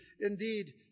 Indeed